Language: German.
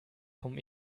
vom